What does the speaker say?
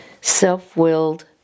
self-willed